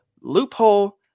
loophole